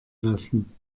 lassen